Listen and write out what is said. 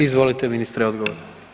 Izvolite ministre odgovor.